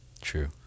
True